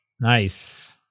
Nice